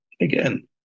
again